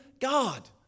God